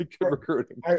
Recruiting